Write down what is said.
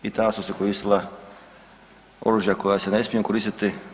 I tada su se koristila oružja koja se ne smiju koristiti.